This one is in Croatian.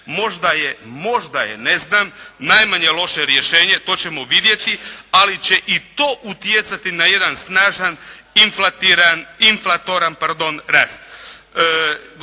možda je, možda je najmanje loše rješenje, to ćemo vidjeti, ali će i to utjecati na jedan snažan inflatoran rast.